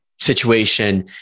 situation